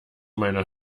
meiner